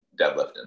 deadlifting